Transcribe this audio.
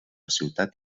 ciutat